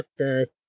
Okay